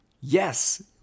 Yes